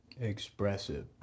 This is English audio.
expressive